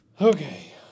Okay